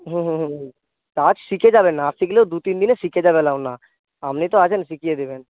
হুম হুম হুম টাচ শিখে যাবে না শিখলেও দু তিন দিনে শিখে যাবে আপনি তো আছেন শিখিয়ে দেবেন